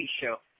show